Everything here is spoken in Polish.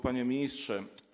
Panie Ministrze!